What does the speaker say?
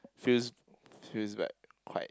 feels feels like quite